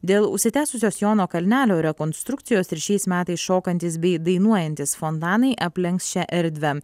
dėl užsitęsusios jono kalnelio rekonstrukcijos ir šiais metais šokantys bei dainuojantys fontanai aplenks šią erdvę